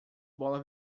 bola